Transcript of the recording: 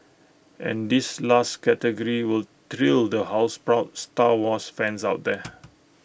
and this last category will thrill the house proud star wars fans out there